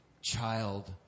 child